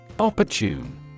Opportune